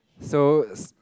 so it's